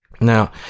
Now